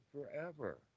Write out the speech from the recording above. forever